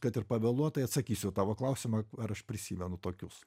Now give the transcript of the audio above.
kad ir pavėluotai atsakysiu į tavo klausimą ar aš prisimenu tokius